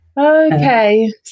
Okay